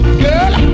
girl